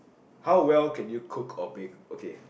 how well can you cook or bake okay